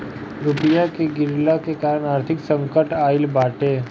रुपया के गिरला के कारण आर्थिक संकट आईल बाटे